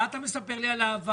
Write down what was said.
מה אתה מספר לי על העבר?